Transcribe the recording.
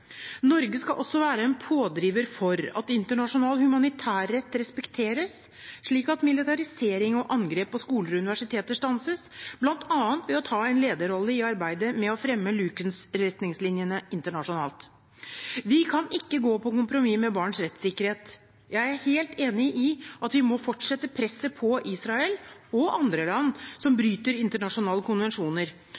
Norge skal også være en pådriver for at internasjonal humanitærrett respekteres slik at militarisering og angrep på skoler og universiteter stanses, bl.a. ved å ta en lederrolle i arbeidet med å fremme Lucens-retningslinjene internasjonalt. Vi kan ikke kompromisse med barns rettssikkerhet. Jeg er helt enig i at vi må fortsette presset på Israel og andre land som bryter internasjonale konvensjoner.